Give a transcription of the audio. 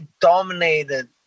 dominated